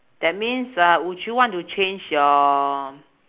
that means uh would you want to change your